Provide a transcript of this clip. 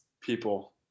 people